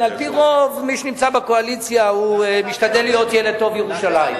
על-פי רוב מי שנמצא בקואליציה משתדל להיות ילד טוב ירושלים.